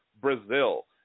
Brazil